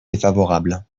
défavorable